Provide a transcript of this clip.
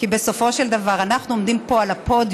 כי בסופו של דבר אנחנו עומדים פה על הפודיום,